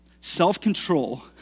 Self-control